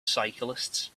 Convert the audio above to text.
cyclists